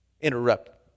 interrupt